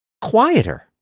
quieter